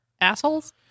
assholes